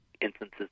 instances